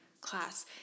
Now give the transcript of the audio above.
class